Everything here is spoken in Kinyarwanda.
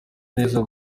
neza